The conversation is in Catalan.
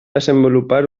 desenvolupar